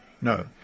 no